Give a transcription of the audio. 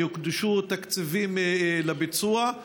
ויוקדשו תקציבים לביצוע.